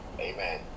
Amen